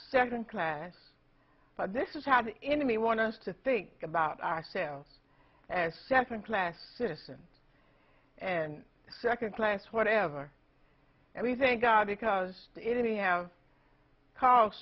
second class but this is how the enemy want us to think about ourselves as second class citizen and second class whatever and we thank god because it any